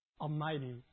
Almighty